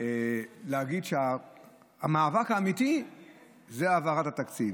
להגיד שהמאבק האמיתי זה העברת התקציב,